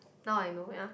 now I know ya